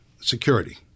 security